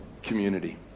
community